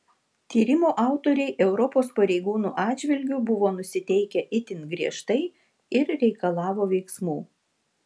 tyrimo autoriai europos pareigūnų atžvilgiu buvo nusiteikę itin griežtai ir reikalavo veiksmų